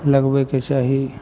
लगबयके चाही